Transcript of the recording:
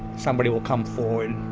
somebody will come forward.